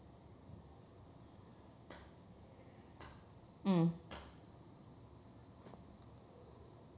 mm